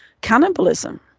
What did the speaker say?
cannibalism